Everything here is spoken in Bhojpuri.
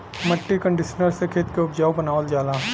मट्टी कंडीशनर से खेत के उपजाऊ बनावल जाला